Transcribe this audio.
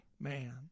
Man